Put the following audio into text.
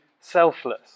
selfless